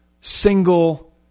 single